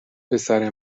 پسر